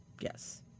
Yes